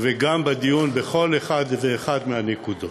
וגם בדיון לכל אחת ואחת מהנקודות.